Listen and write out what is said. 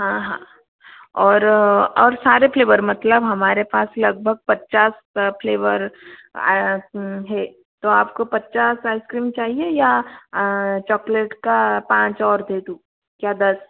हाँ हाँ और और सारे फ्लेबर मतलब हमारे पास लगभग पचास फ्लेबर हैं तो आपको पचास आइस क्रीम चाहिए या चॉकोलेट का पाँच और दे दूँ या दस